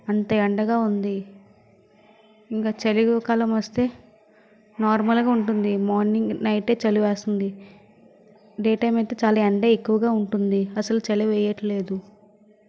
అంత ఎండగా ఉంది ఇంకా చలికాలం వస్తే నార్మల్ గా ఉంటుంది మార్నింగ్ నైట్ చలి వేస్తుంది డే టైం అయితే చాలా ఎండ ఎక్కువగా ఉంటుంది అసలు చలి వెయ్యట్లేదు